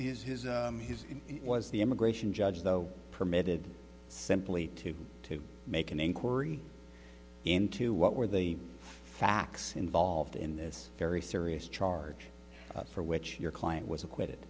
his his his his was the immigration judge though permitted simply to make an inquiry into what were the facts involved in this very serious charge for which your client was acquitted